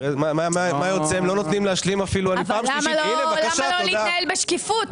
הם לא נותנים להשלים --- אבל למה לא להתנהל בשקיפות?